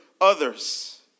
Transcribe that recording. others